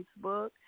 Facebook